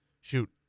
shoot